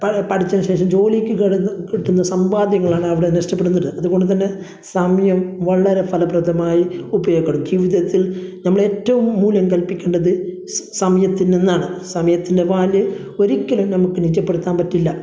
പ പഠിച്ചതിന് ശേഷം ജോലിക്ക് കിടന്ന് കിട്ടുന്ന സമ്പാദ്യങ്ങളാണ് അവിടെ നഷ്ടപ്പെടുന്നത് അതുകൊണ്ട്തന്നെ സമയം വളരെ ഫലപ്രദമായി ഉപയോഗിക്കപ്പെടും ജീവിതത്തിൽ നമ്മളേറ്റവും മൂല്യം കൽപ്പിക്കേണ്ടത് സ് സമയത്തിൽ നിന്നാണ് സമയത്തിൻ്റെ വാൽ ഒരിക്കലും നമുക്ക് നിജപ്പെടുത്താൻ പറ്റില്ല